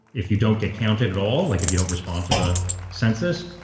if you don't get counted at all, like if you don't respond to the census.